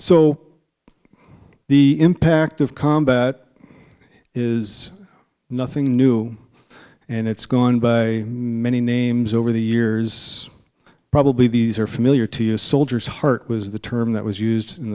so the impact of combat is nothing new and it's gone by a mini names over the years probably these are familiar to us soldiers heart was the term that was used in